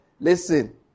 listen